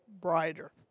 brighter